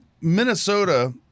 Minnesota